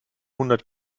hundert